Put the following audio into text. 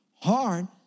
hard